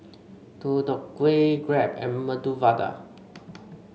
Deodeok Gui Crepe and Medu Vada